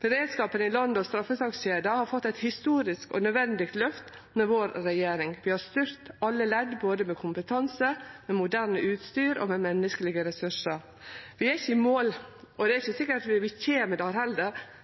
Beredskapen i landet og straffesakskjeda har fått eit historisk og nødvendig løft med vår regjering. Vi har styrt alle ledd både med kompetanse, med moderne utstyr og med menneskelege ressursar. Vi er ikkje i mål, og det er ikkje sikkert vi kjem der heller,